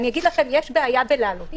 יש בעיה בהעלאת קנסות,